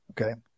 Okay